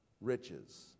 riches